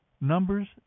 Numbers